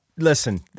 Listen